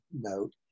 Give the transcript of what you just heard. note